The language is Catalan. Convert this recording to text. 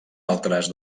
altres